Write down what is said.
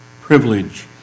privilege